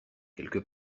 quelque